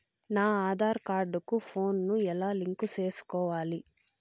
నా ఆధార్ కార్డు కు ఫోను ను ఎలా లింకు సేసుకోవాలి?